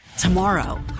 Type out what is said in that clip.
Tomorrow